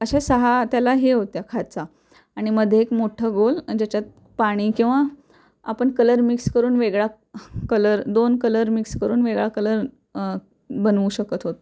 अशा सहा त्याला हे होत्या खाचा आणि मध्ये एक मोठं गोल ज्याच्यात पाणी किंवा आपण कलर मिक्स करून वेगळा कलर दोन कलर मिक्स करून वेगळा कलर बनवू शकत होतो